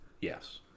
Yes